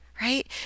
right